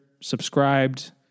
subscribed